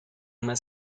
más